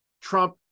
Trump